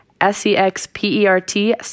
S-E-X-P-E-R-T